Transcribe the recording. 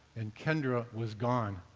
and kendra was gone.